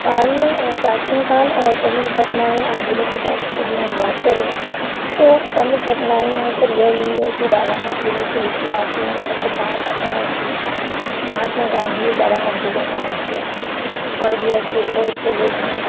काल प्राचीन काल और प्रमुख घटनाएं आधुनिक विकास की यदि हम बात करें तो प्रमुख घटनाएं यहाँ पर यह हुई है कि बालाघाट ज़िले के इतिहास में ऐसे कहा जाता है की महात्मा गाँधी बालाघाट जिले में आए थे और भी ऐसे बहुत से लोग हैं